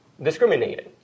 discriminating